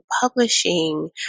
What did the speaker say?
publishing